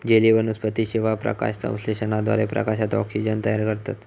जलीय वनस्पती शेवाळ, प्रकाशसंश्लेषणाद्वारे प्रकाशात ऑक्सिजन तयार करतत